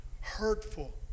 hurtful